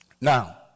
now